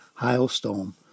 hailstorm